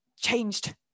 changed